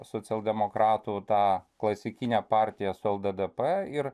socialdemokratų ta klasikinė partija su lddp ir